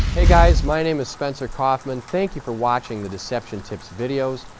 hey guys, my name is spencer coffman, thank you for watching the deception tips videos,